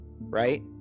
right